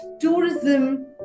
tourism